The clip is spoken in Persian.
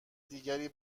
دیگری